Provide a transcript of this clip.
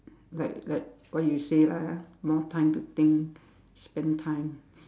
like like what you say lah more time to think spend time